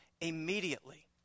immediately